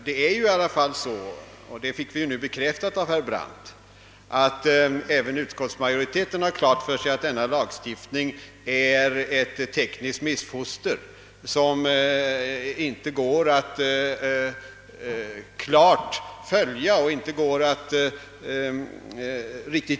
Det framgår ju av vad herr Brandt förklarade här, att även utskottsmajoriteten har klart för sig att denna lagstiftning är ett tekniskt missfoster, den går inte att klart följa och riktigt genomskåda.